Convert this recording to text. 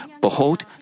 Behold